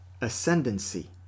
ascendancy